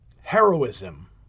heroism